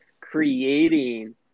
creating